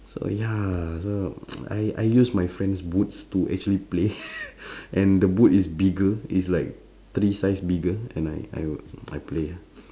so ya so I I use my friend's boots to actually play and the boot is bigger it's like three size bigger and I I I play ah